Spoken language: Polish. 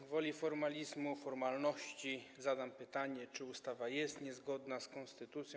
Gwoli formalizmu, formalności zadam pytanie: Czy ustawa jest niezgodna z konstytucją?